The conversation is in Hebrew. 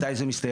מתי זה מסתיים?